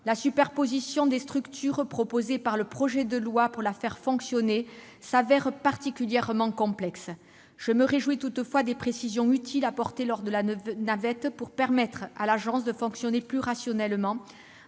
La superposition des structures proposées par le projet de loi pour la faire fonctionner se révèle particulièrement complexe. Je me réjouis toutefois des précisions utiles apportées lors de la navette pour permettre à l'Agence de fonctionner plus rationnellement,